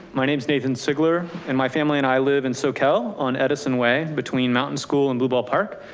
my name's nathan sigler and my family and i live in socal on edison way between mountain school and bluebell park,